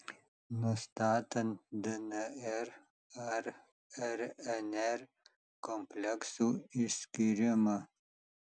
nustatant dnr ar rnr kompleksų išskyrimą